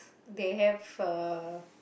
they have uh